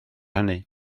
hynny